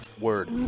word